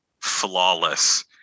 flawless